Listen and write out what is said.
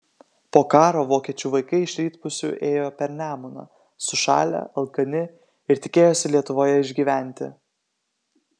po karo vokiečių vaikai iš rytprūsių ėjo per nemuną sušalę alkani ir tikėjosi lietuvoje išgyventi